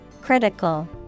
Critical